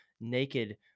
naked